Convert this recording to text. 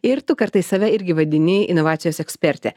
ir tu kartais save irgi vadini inovacijos eksperte